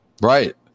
Right